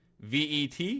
VET